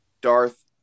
Darth